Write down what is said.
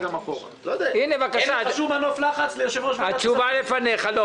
הנה, בבקשה, התשובה לפניך.